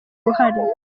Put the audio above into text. uruhare